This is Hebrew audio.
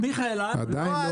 עדיין לא